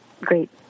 great